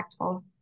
impactful